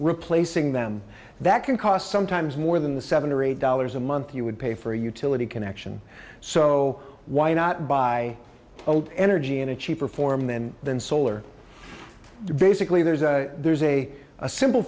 replacing them that can cost sometimes more than the seven or eight dollars a month you would pay for a utility connection so why not buy old energy in a cheaper form then than solar basically there's a there's a a simple